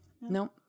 no